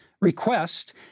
request